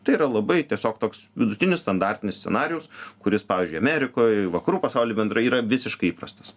tai yra labai tiesiog toks vidutinis standartinis scenarijus kuris pavyzdžiui amerikoj vakarų pasauly bendrai yra visiškai įprastas